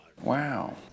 Wow